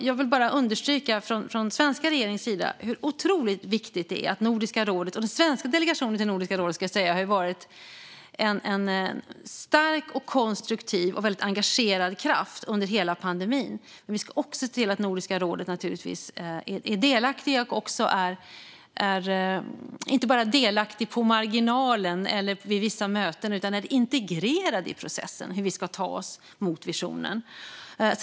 Jag vill från den svenska regeringens sida bara understryka hur otroligt viktigt det är att Nordiska rådet - och, ska jag säga, den svenska delegationen till Nordiska rådet - har varit en stark, konstruktiv och väldigt engagerad kraft under hela pandemin. Men vi ska naturligtvis också se till att Nordiska rådet inte bara är delaktigt på marginalen eller vid vissa möten, utan Nordiska rådet ska vara integrerat i processen för hur vi ska ta oss mot visionen.